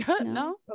No